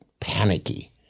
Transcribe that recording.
panicky